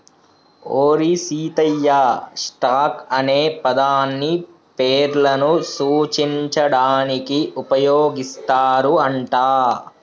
ఓరి సీతయ్య, స్టాక్ అనే పదాన్ని పేర్లను సూచించడానికి ఉపయోగిస్తారు అంట